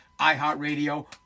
iHeartRadio